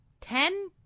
Ten